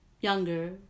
younger